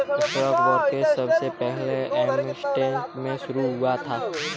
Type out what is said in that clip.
stock brokerage सबसे पहले Amsterdam में शुरू हुआ था